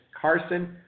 Carson –